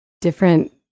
different